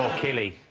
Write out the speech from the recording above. killie